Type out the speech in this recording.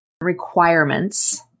requirements